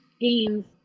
games